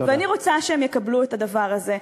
ואני רוצה שהם יקבלו את הדבר הזה.